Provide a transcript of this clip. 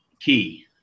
key